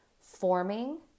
forming